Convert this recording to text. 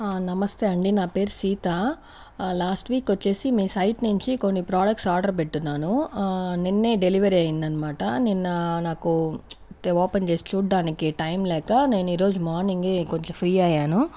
ఆ నమస్తే అండి నా పేరు సీత ఆ లాస్ట్ వీక్ వచ్చేసి మీ సైట్ నుంచి కొన్ని ప్రాడక్ట్సు ఆర్డర్ పెట్టున్నాను నిన్నే డెలివరీ అయింది అనమాట నిన్న నాకు ఓపెన్ చేసి చూడ్డానికి టైం లేక నేను ఈరోజు మార్నింగే కొంచెం ఫ్రీ అయ్యాను